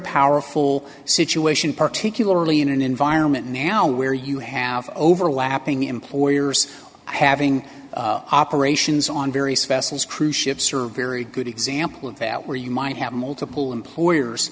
powerful situation particularly in an environment now where you have overlapping employers having operations on various vassals cruise ships are a very good example of that where you might have multiple employers